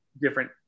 different